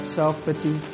self-pity